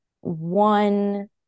one